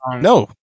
No